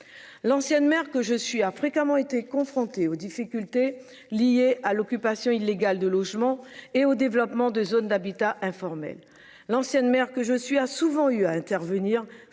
L'ancienne maire que je suis a fréquemment été confrontée aux difficultés liées à l'occupation illégale de logements et au développement de zones d'habitat informel. L'ancienne maire que je suis a souvent eu à intervenir